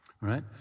right